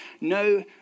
No